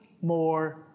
more